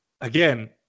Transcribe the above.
again